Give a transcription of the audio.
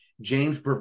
James